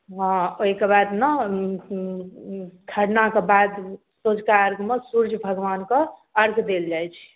हँ ओहिके बाद ने ओ ओ ओ खरनाक बाद सँझुका अर्घ्यमे सूर्य भगवानकेँ अर्घ्य देल जाइ छै